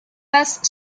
passe